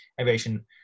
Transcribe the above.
aviation